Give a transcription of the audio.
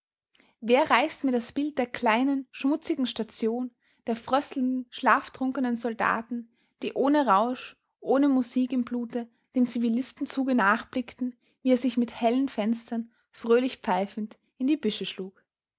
wer reißt mir das bild der kleinen schmutzigen station der fröstelnden schlaftrunkenen soldaten die ohne rausch ohne musik im blute dem zivilistenzuge nachblickten wie er sich mit hellen fenstern fröhlich pfeifend in die büsche schlug